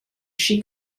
she